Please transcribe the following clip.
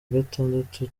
gatandatu